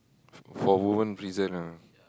for for woman prison ah